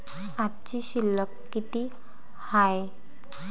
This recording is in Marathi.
आजची शिल्लक किती हाय?